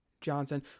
Johnson